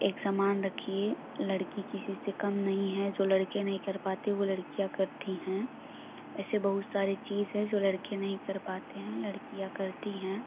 एक समान रखिए लड़की किसी से कम नहीं है जो लड़के नहीं कर पाते वो लड़कियाँ करती हैं ऐसे बहुत सारे चीज़ है जो लड़के नहीं कर पाते हैं लड़कियाँ करती हैं